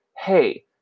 hey